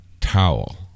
towel